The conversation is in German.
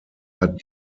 hat